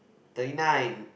thirty nine